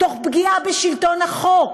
תוך פגיעה בשלטון החוק.